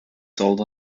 sold